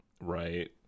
Right